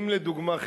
לדוגמה,